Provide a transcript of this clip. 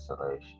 isolation